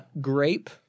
Grape